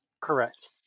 Correct